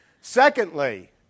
Secondly